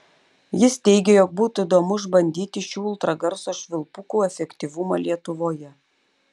jis teigė jog būtų įdomu išbandyti šių ultragarso švilpukų efektyvumą lietuvoje